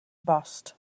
bost